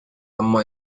اما